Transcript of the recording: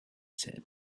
said